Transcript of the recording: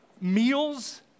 meals